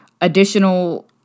additional